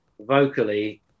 vocally